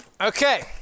Okay